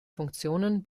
funktionen